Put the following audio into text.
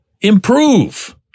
Improve